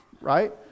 right